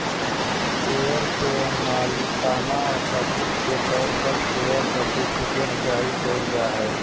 share के मालिकाना सबूत के तौर पर शेयर सर्टिफिकेट्स जारी कइल जाय हइ